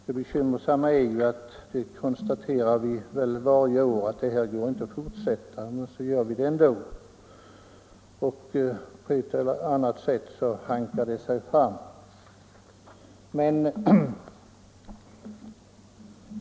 Det bekymmersamma är att vi varje år konstaterar att så här kan vi inte fortsätta, men så gör vi det ändå. På ett eller annat sätt hankar det sig fram.